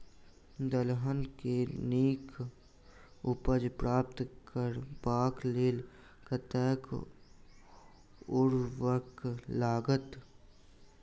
दलहन केँ नीक उपज प्राप्त करबाक लेल कतेक उर्वरक लागत?